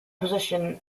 position